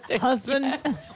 husband